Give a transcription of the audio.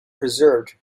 preserved